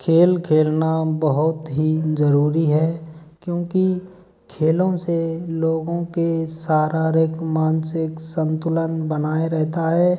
खेल खेलना बहुत ही ज़रूरी है क्योंकि खेलों से लोगों के शारीरिक मानसिक संतुलन बनाए रहता है